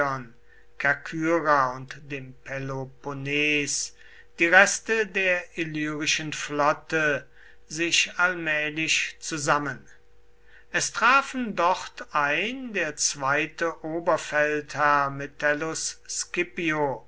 und dem peloponnes die reste der illyrischen flotte sich allmählich zusammen es trafen dort ein der zweite oberfeldherr metellus scipio